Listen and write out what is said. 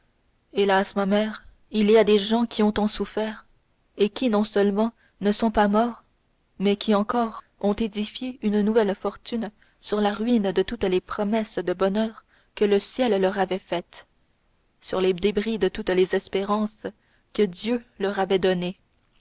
hélas ma mère il y a des gens qui ont tant souffert et qui non seulement ne sont pas morts mais qui encore ont édifié une nouvelle fortune sur la ruine de toutes les promesses de bonheur que le ciel leur avait faites sur les débris de toutes les espérances que dieu leur avait données